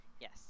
Yes